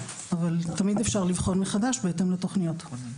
אבל תמיד אפשר לבחון מחדש בהתאם לתוכניות.